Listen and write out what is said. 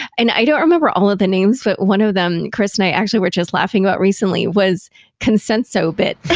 and i don't remember all of the names, but one of them chris and i actually we're just laughing about recently was consensobit.